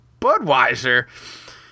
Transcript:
Budweiser